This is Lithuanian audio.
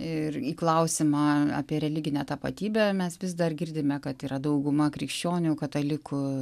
ir į klausimą apie religinę tapatybę mes vis dar girdime kad yra dauguma krikščionių katalikų